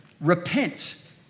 Repent